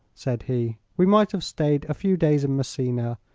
said he. we might have stayed a few days in messina.